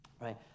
right